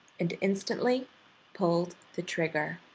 and instantly pulled the trigger.